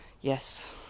Yes